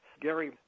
Gary